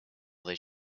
their